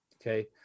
okay